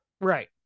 right